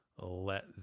let